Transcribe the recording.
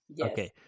Okay